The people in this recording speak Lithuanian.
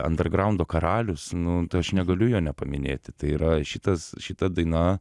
andergraundo karalius nu aš negaliu jo nepaminėti tai yra šitas šita daina